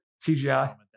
CGI